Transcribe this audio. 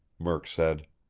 murk said.